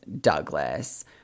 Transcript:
Douglas